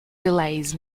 delays